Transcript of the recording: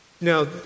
Now